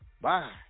Bye